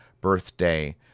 birthday